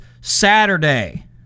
Saturday